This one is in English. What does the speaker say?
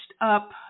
up